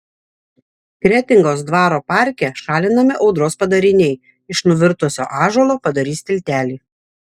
kretingos dvaro parke šalinami audros padariniai iš nuvirtusio ąžuolo padarys tiltelį